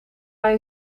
hij